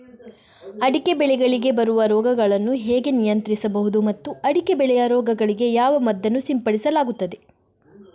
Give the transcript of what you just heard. ಅಡಿಕೆ ಬೆಳೆಗಳಿಗೆ ಬರುವ ರೋಗಗಳನ್ನು ಹೇಗೆ ನಿಯಂತ್ರಿಸಬಹುದು ಮತ್ತು ಅಡಿಕೆ ಬೆಳೆಯ ರೋಗಗಳಿಗೆ ಯಾವ ಮದ್ದನ್ನು ಸಿಂಪಡಿಸಲಾಗುತ್ತದೆ?